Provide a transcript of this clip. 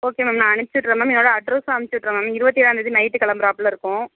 okay ma'am நான் அனுப்பிச்சி விட்றேன் மேம் என்னோட அட்ரஸும் அம்ச்சி விட்றேன் மேம் இருபத்தி ஏழாந்தேதி நைட்டு கிளம்பறாப்ல இருக்கும்